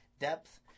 Depth